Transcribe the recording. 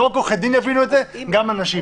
לא רק עורכי דין יבינו את זה אלא גם אנשים.